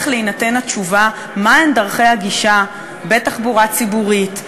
להינתן התשובה על השאלה מה הן דרכי הגישה בתחבורה ציבורית,